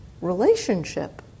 relationship